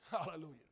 Hallelujah